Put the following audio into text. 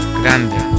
grande